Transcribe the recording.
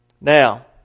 Now